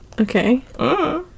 okay